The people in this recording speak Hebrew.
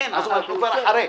אנחנו כבר אחרי זה,